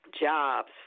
jobs